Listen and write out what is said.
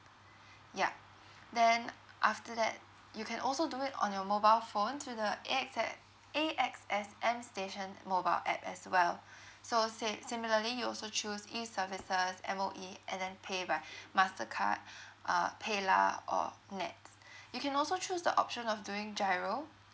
ya then after that you can also do it on your mobile phone through the A_X_A A_X_S M station mobile app as well so sa~ similarly you also choose E services M_O_E and then pay by mastercard uh paylah or NETS you can also choose the option of doing GIRO